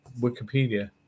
Wikipedia